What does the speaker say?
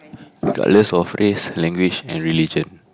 regardless of race language or religion